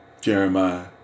Jeremiah